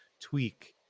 tweak